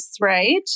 right